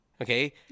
okay